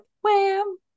Wham